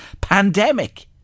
Pandemic